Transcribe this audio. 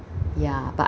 ya but